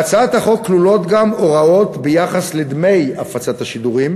בהצעת החוק כלולות גם הוראות בנושא דמי הפצת השידורים